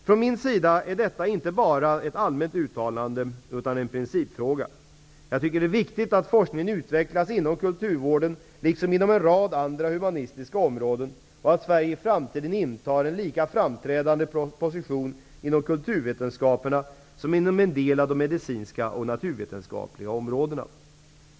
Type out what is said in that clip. Från min sida är detta inte bara ett allmänt uttalande, utan en principfråga. Jag tycker att det är viktigt att forskningen utvecklas inom kulturvården liksom inom en rad andra humanistiska områden, och att Sverige i framtiden intar en lika framträdande position inom kulturvetenskaperna som inom en del medicinska och naturvetenskapliga områden.